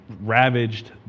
ravaged